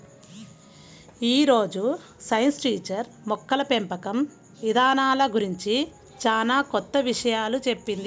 యీ రోజు science teacher మొక్కల పెంపకం ఇదానాల గురించి చానా కొత్త విషయాలు చెప్పింది